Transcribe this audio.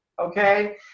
Okay